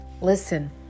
listen